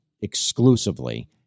exclusively